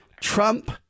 Trump